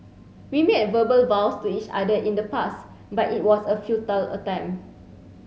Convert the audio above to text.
we made a verbal vows to each other in the past but it was a futile attempt